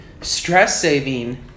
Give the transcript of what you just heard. stress-saving